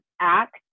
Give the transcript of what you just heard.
act